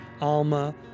Alma